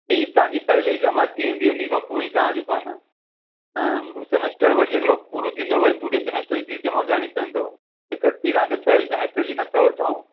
fees तव्हांजी पहिरीं ई जमा थी वेंदी उनखां पोइ ई तव्हां जेको आहे न सेमेस्टर वरी अगिलो पूरो थींदो वरी पूरे सेमेस्टर जी फ़ीस जमा करिणी पईंदव इकट्ठ तव्हांखे छह ई सेमेस्टर जी नथा वठूं